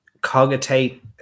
Cogitate